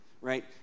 right